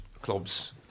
clubs